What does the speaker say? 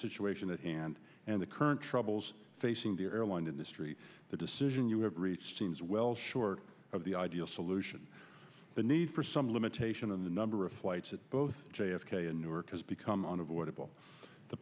situation at hand and the current troubles facing the airline industry the decision you have reached seems well short of the ideal solution the need for some limitation on the number of flights at both j f k and newark has become unavoidable the